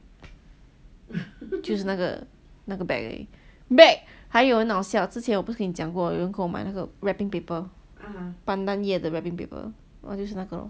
就是那个那个 bag 而已 bag 还有很好笑之前我不是跟你讲过有人跟我买那个 wrapping paper pandan 叶的 wrapping paper 就是那个